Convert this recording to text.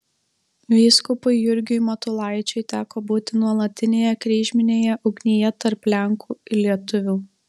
vyskupui jurgiui matulaičiui teko būti nuolatinėje kryžminėje ugnyje tarp lenkų ir lietuvių